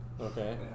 Okay